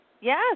Yes